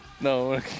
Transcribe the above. no